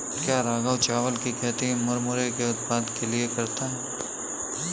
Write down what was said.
क्या राघव चावल की खेती मुरमुरे के उत्पाद के लिए करता है?